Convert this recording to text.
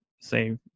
say